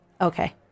Okay